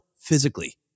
physically